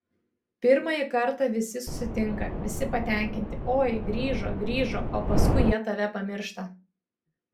pirmąjį kartą visi susitinka visi patenkinti oi grįžo grįžo o paskui jie tave pamiršta